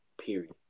period